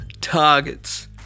targets